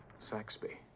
Saxby